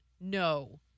no